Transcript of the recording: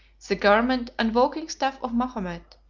the garment and walking-staff of mahomet,